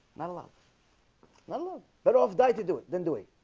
not allowed no better off die to do it then do it,